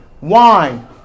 wine